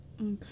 Okay